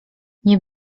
nie